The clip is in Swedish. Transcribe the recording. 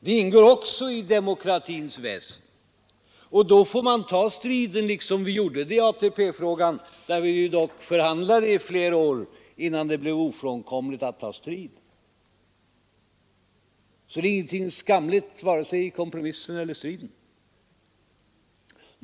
Det ingår också i demokratins väsen. Och då får man ta striden så som vi gjorde i ATP-frågan, där vi dock förhandlade i flera år innan det blev ofrånkomligt att ta strid. Så det är ingenting skamligt, vare sig i kompromissen eller i striden.